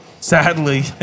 sadly